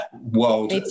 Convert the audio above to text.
world